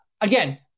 again